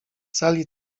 sali